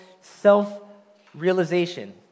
self-realization